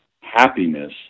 happiness